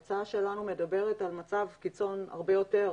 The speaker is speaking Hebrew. ההצעה שלנו מדברת על מצב קיצון הרבה יותר,